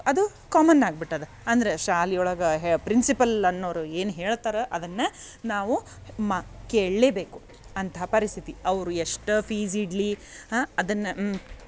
ಅದು ಕಾಮನ್ ಆಗಿಬಿಟ್ಟದ ಅಂದ್ರೆ ಶಾಲೆಯೊಳಗ ಹೆ ಪ್ರಿನ್ಸಿಪಲ್ ಅನ್ನೋರು ಏನು ಹೇಳ್ತಾರ ಅದನ್ನು ನಾವು ಮಾ ಕೇಳಲೇಬೇಕು ಅಂಥ ಪರಿಸ್ಥಿತಿ ಅವರು ಎಷ್ಟೇ ಫೀಝ್ ಇಡಲಿ ಅದನ್ನು